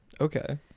okay